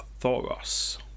Thoros